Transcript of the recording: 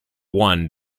one